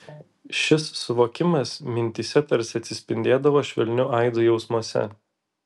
šis suvokimas mintyse tarsi atsispindėdavo švelniu aidu jausmuose